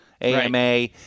AMA